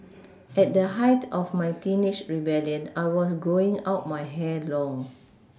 at the height of my teenage rebelLion I was growing out my hair long